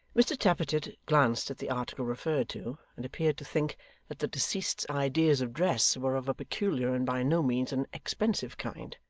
mr tappertit glanced at the article referred to, and appeared to think that the deceased's ideas of dress were of a peculiar and by no means an expensive kind.